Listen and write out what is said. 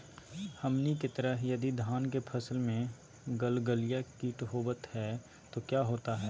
हमनी के तरह यदि धान के फसल में गलगलिया किट होबत है तो क्या होता ह?